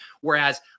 Whereas